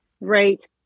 right